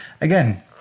Again